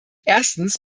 erstens